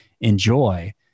enjoy